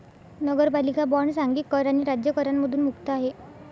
नगरपालिका बॉण्ड सांघिक कर आणि राज्य करांमधून मुक्त आहे